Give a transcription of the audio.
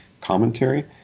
commentary